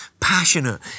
Passionate